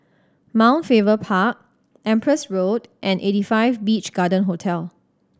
Mount Faber Park Empress Road and Eighty Five Beach Garden Hotel